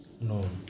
No